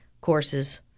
courses